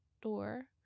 door